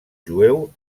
jueu